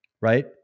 right